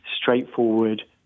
straightforward